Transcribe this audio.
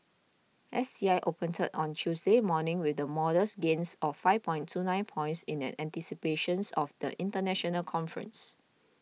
S T I opened on Tuesday morning with the modest gains of five points two nine points in anticipations of the international conference